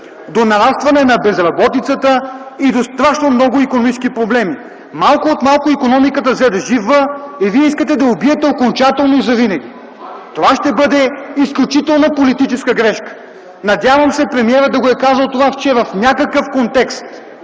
до нарастване на безработицата и до страшно много икономически проблеми. Малко от малко икономиката взе да живва и вие искате да я убиете окончателно и завинаги. Това ще бъде изключителна политическа грешка. Надявам се премиерът да го е казал това вчера в някакъв контекст.